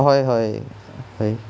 হয় হয় হয়